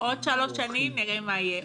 עוד שלוש שנים נראה מה יהיה,